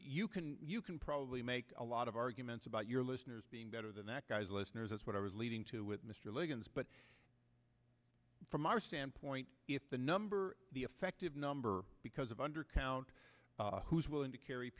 you can you can probably make a lot of arguments about your listeners being better than that guy's listeners that's what i was leading to with mr liggins but from our standpoint if the number the effective number because of undercount who's willing to carry